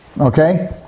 okay